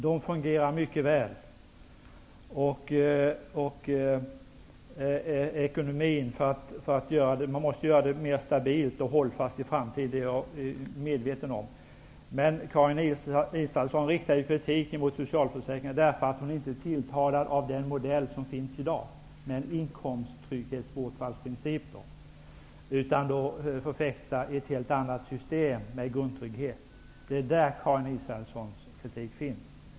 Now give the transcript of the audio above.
De fungerar mycket väl. Vi måste göra dem mer stabila och hållfasta i framtiden. Det är jag medveten om. Karin Israelsson riktar kritik mot socialförsäkringarna därför att hon inte är tilltalad av den modell som finns i dag med en inkomsttrygghetsbortfallsprincip. Hon förfäktar ett helt annat system med grundtrygghet. Det är där Karin Israelssons kritik finns.